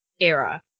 era